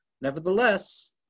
nevertheless